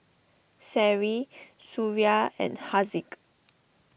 Seri Suria and Haziq